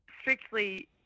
strictly